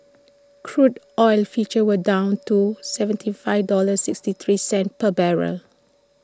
crude oil futures were down to seventy five dollar sixty three cents per barrel